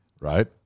right